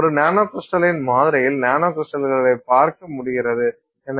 ஒரு நானோகிரிஸ்டலின் மாதிரியில் நானோகிரிஸ்டல்களைக் பார்க்க முடிகிறது